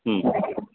ம்